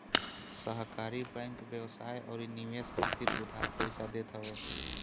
सहकारी बैंक व्यवसाय अउरी निवेश खातिर उधार पईसा देत हवे